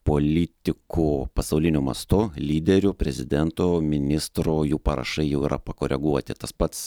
politikų pasauliniu mastu lyderių prezidentų ministrų jų parašai jau yra pakoreguoti tas pats